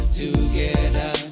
together